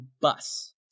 bus